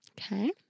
Okay